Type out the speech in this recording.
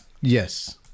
Yes